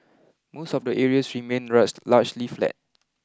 most of the areas remained largely flat